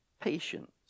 patience